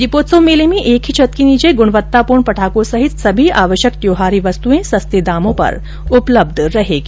दीपोत्सव मेले में एक ही छत के नीचे गुणवत्तापूर्ण पटाखों सहित सभी आवश्यक त्योहारी वस्तुएं सस्ते दामों पर उपलब्ध होंगी